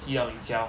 回家哦